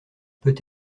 peut